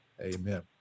Amen